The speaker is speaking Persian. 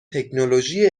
تکنولوژی